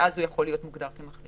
ואז הוא יכול להיות מוגדר כמחלים.